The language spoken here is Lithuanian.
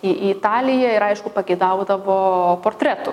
į į italiją ir aišku pageidaudavo portretų